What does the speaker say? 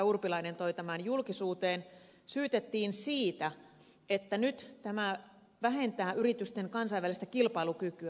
urpilainen toi tämän julkisuuteen syytettiin siitä että nyt tämä vähentää yritysten kansainvälistä kilpailukykyä